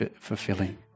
fulfilling